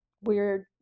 weird